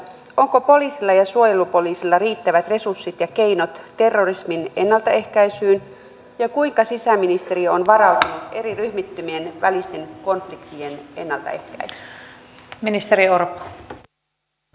onko poliisilla ja suojelupoliisilla riittävät resurssit ja keinot terrorismin ennaltaehkäisyyn ja kuinka sisäministeriö on varautunut eri ryhmittymien välisten konfliktien ennaltaehkäisyyn